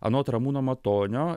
anot ramūno matonio